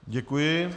Děkuji.